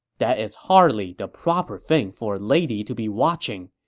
that is hardly the proper thing for a lady to be watching.